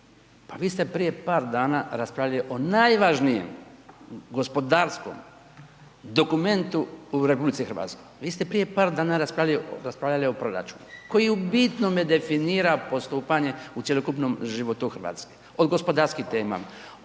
vi ste prije par dana raspravljali o najvažnijem gospodarskom dokumentu u RH. Vi ste prije par dana raspravljali o proračunu koji u bitnome definira postupanje u cjelokupnom životu Hrvatske od gospodarskih tema,